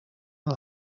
een